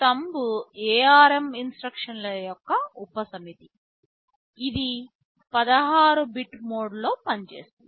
thumb ARM ఇన్స్ట్రక్షన్ల యొక్క ఉపసమితి ఇది 16 బిట్ మోడ్లో పనిచేస్తుంది